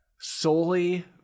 solely